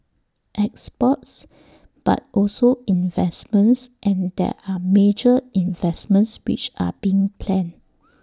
exports but also investments and there are major investments which are being planned